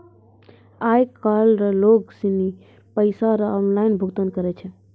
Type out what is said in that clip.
आय काइल लोग सनी पैसा रो ऑनलाइन भुगतान करै छै